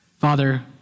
Father